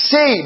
Say